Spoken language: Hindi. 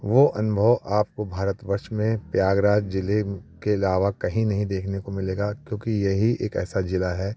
वह अनुभव आपको भारतवर्ष में प्रयागराज ज़िले के अलावा कहीं नहीं देखने को मिलेगा क्योंकि यही एक ऐसा ज़िला है